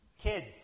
Kids